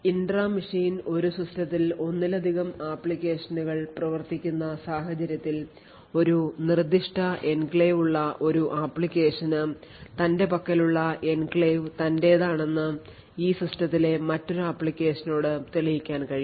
intra machine ഒരു സിസ്റ്റത്തിൽ ഒന്നിലധികം ആപ്ലിക്കേഷനുകൾ പ്രവർത്തിക്കുന്ന സാഹചര്യത്തിൽ ഒരു നിർദ്ദിഷ്ട എൻക്ലേവ് ഉള്ള ഒരു ആപ്ലിക്കേഷന് തൻറെ പക്കലുള്ള enclave തൻറെതാണെന്ന് ഈ സിസ്റ്റത്തിലെ മറ്റൊരു ആപ്ലിക്കേഷനോട് തെളിയിക്കാൻ കഴിയും